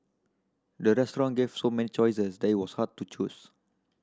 the restaurant gave so many choices that it was hard to choose